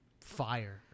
fire